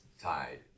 tied